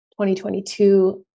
2022